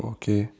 oh okay